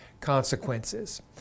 consequences